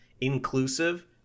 inclusive